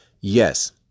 Yes